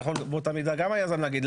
יכול באותה המידה היזם להגיד,